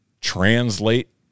translate